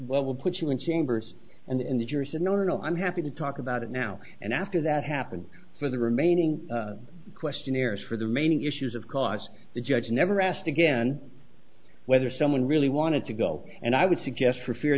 well we'll put you in chambers and then the jurors said no no i'm happy to talk about it now and after that happened for the remaining questionnaires for the remaining issues of cause the judge never asked again whether someone really wanted to go and i would suggest for fear